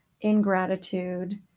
ingratitude